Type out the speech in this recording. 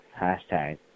hashtag